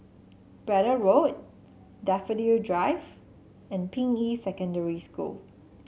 Braddell Road Daffodil Drive and Ping Yi Secondary School